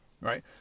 Right